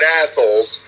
assholes